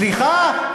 סליחה,